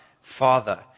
Father